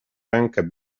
rękę